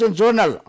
journal